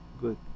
good